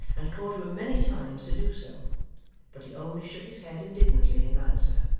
and called to him many times to do so but he only shook his head indignantly in answer,